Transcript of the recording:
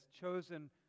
chosen